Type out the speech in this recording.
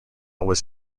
was